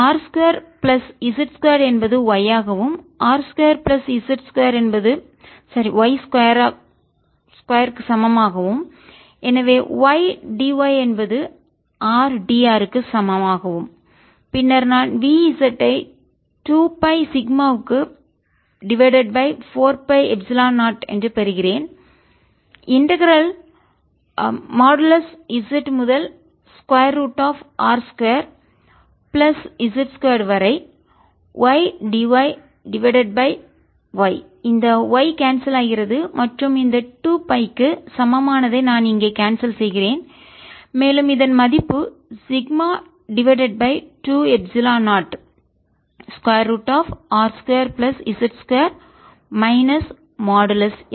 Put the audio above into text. r 2 plus z 2என்பது y ஆகவும் r2 plus z 2 என்பது y 2 சமமாகவும் எனவே ydy என்பது rdr க்கு சமம் ஆகவும் பின்னர் நான் V z ஐ 2 pi சிக்மாவுக்கு டிவைடட் பை 4 pi எப்சிலன் 0 பெறுகிறேன்இன்டகரல் மாடுலஸ் z முதல் square root of R 2 plus Z 2 வரை ydy டிவைடட் பை y இந்த y கான்செல் ஆகிறது மற்றும் இந்த 2 pi க்கு சமமானதை நான் இங்கே கான்செல் செய்கிறேன் மேலும் இதன் மதிப்பு sigma divided by 2 epsilon 0 square root of R 2 plus Z 2 minus modulus z